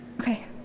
Okay